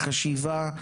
השיטה,